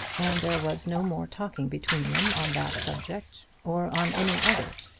and there was no more talking between them on that subject, or on any other,